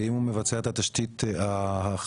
ואם הוא מבצע את התשתית החדשה,